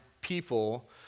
people